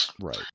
Right